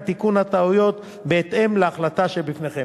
תיקון הטעויות בהתאם להחלטה שבפניכם.